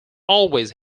always